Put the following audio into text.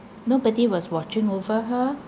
nobody was watching over her